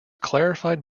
clarified